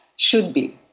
should be.